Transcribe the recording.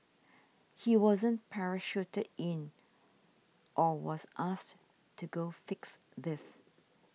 he wasn't parachuted in or was asked to go fix this